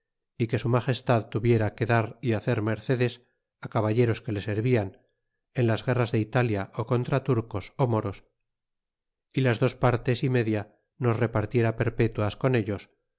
y que su magestad tuviera que dar y hacer mercedes á caballeros que le servian en las guerras deitalia ó contra turcos ó moros y las dos partes y media nos repartiera perpetuas con ellos